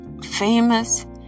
famous